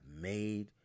made